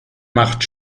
macht